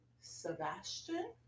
Sebastian